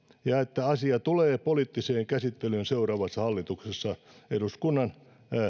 ja että asia tulee poliittiseen käsittelyyn seuraavassa hallituksessa eduskunnan